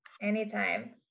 Anytime